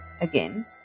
again